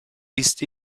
ist